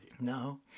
No